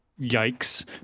yikes